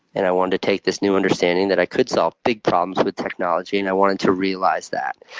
and i wanted to take this new understanding that i could solve big problems with technology and i wanted to realize that.